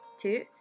Two